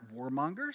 warmongers